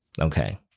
Okay